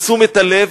ותשומת לב,